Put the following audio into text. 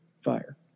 fire